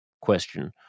question